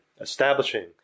establishing